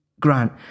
Grant